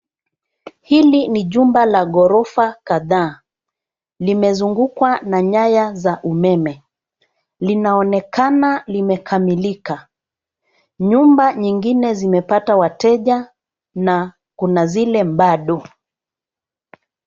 Hili ni jumba la ghorofa kadhaa, limezungukwa na nyaya za umeme. Linaonekana limekamilika. Nyumba nyingine zimepata wateja na kuna zile baado.